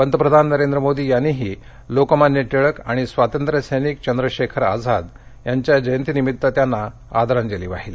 पंतप्रधान नरेंद्र मोदी यांनीही लोकमान्य टिळक आणि स्वातंत्र्यसैनिक चंद्रशेखर आझाद यांच्या जयंती निम्मित त्यांना आदरांजली वाहिली